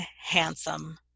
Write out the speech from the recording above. handsome